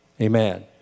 Amen